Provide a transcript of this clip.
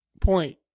point